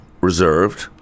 reserved